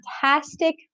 fantastic